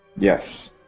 Yes